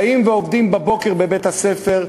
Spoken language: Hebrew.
באים ועובדים בבוקר בבית-הספר,